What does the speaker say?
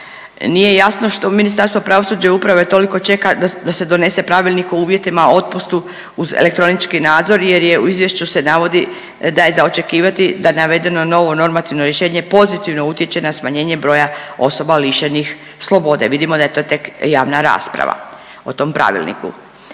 Nije jasno što Ministarstvo pravosuđa i uprave toliko čeka da se donese pravilnik o uvjetima o otpustu uz elektronički nadzor jer je u izvješću se navodi da je za očekivati da navedenu novo normativno rješenje pozitivno utječe na smanjenje broja osoba lišenih slobode. Vidimo da je to tek javna rasprava o tom pravilniku.